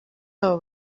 babo